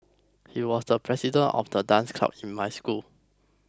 he was the president of the dance club in my school